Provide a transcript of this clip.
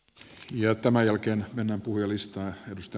tutkijat tämän jälkeen enää muistaa mistä